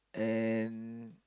and